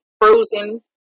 frozen